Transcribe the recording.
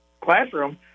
classroom